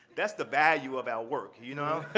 that's the value of our work, you know.